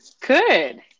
Good